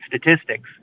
statistics